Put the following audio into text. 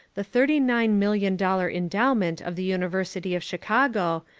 the thirty nine million dollar endowment of the university of chicago,